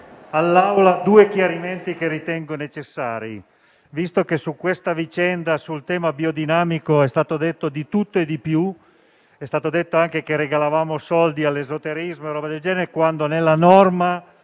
all'Assemblea due chiarimenti che ritengo necessari, visto che sul tema del biodinamico è stato detto di tutto e di più. È stato detto anche che regalavamo soldi all'esoterismo e cose del genere, quando nella norma